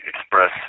express